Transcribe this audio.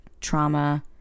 trauma